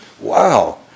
wow